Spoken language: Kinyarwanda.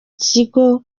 kigo